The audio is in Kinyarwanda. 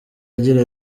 agira